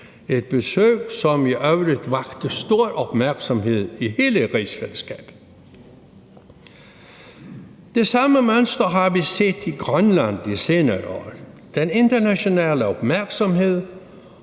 et besøg, som i øvrigt vakte stor opmærksomhed i hele rigsfællesskabet. Det samme mønster har vi set i Grønland de senere år. Den internationale opmærksomhed